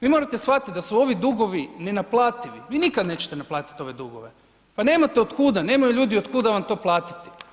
Vi morate shvatiti da su ovi dugovi nenaplativi, vi nikad nećete naplatit ove dugove, pa nemate otkuda, nemaju ljudi otkud da vam to platiti.